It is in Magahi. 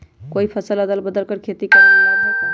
कोई फसल अदल बदल कर के खेती करे से लाभ है का?